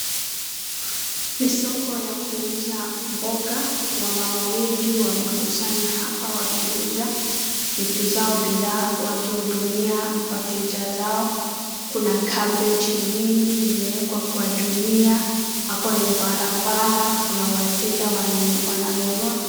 ni soko la kuuza mboga wamam weng wamekusanya hapa wakiuza vitu zao bodhaa wakihudumi wateja zao , kuna cbbage nyingi imeekwa kwa gunia kwenye barabara na kuna wateja wananunua